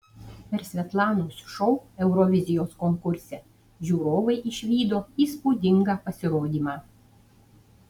per svetlanos šou eurovizijos konkurse žiūrovai išvydo įspūdingą pasirodymą